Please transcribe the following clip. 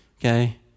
Okay